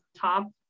top